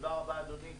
תודה רבה, אדוני.